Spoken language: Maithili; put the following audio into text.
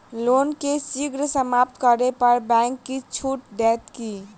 लोन केँ शीघ्र समाप्त करै पर बैंक किछ छुट देत की